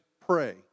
pray